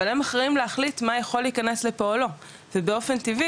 אבל הם אחראיים להחליט מה יכול להיכנס לפה או לא ובאופן טבעי